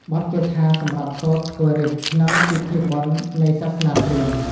បទគាថាសម្រាប់សូត្រធ្វើរីតិ៍ ក្នុងពិធីបុណ្យនៃសាសនាព្រាហ្មណ៍។